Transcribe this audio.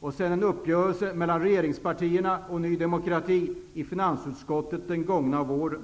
och en uppgörelse mellan regeringspartierna och Ny demokrati i finansutskottet under våren.